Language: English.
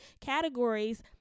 categories